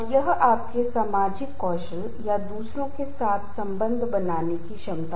ये सभी पर्यावरणीय कारक तनाव का कारण बनेंगे